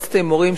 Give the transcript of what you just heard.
מועצת ההימורים,